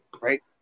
right